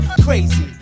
Crazy